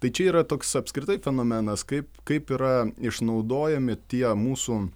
tai čia yra toks apskritai fenomenas kaip kaip yra išnaudojami tie mūsų